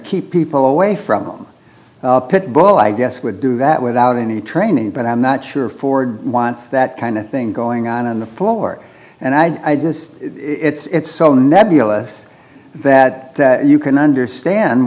keep people away from i'm a pit bull i guess would do that without any training but i'm not sure ford wants that kind of thing going on on the floor and i just it's so nebulous that you can understand